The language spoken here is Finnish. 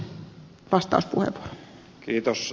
arvoisa puhemies